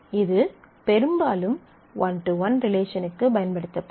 இது பெரும்பாலும் one to one ரிலேஷனுக்கு பயன்படுத்தப்படும்